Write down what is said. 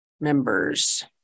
members